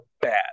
bad